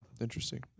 Interesting